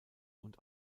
und